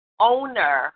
owner